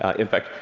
ah in fact,